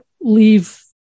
leave